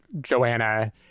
Joanna